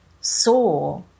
saw